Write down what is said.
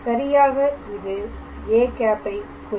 சரியாக இது â ஐ குறிக்கும்